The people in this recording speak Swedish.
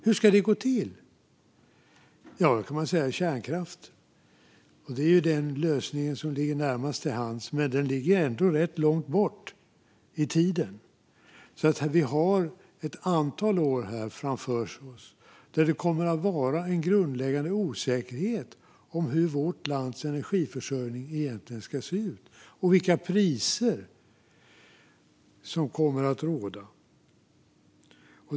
Hur ska det gå till? Man kan svara kärnkraft, som är den lösning som ligger närmast till hands, men den ligger rätt långt bort i tiden. Vi har ett antal år framför oss då det kommer att vara en grundläggande osäkerhet om hur vårt lands energiförsörjning egentligen ska se ut och vilka priser som kommer att råda.